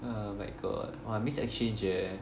uh my god !wah! miss exchange eh